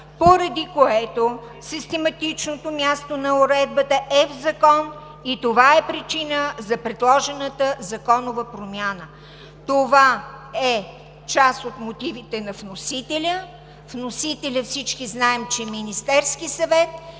поради което систематичното място на уредбата е в закон и това е причина за предложената законова промяна“. Това е част от мотивите на вносителя. Всички знаем, че вносителят е Министерският съвет